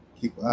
Keep